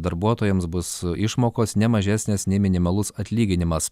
darbuotojams bus išmokos ne mažesnės nei minimalus atlyginimas